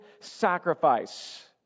sacrifice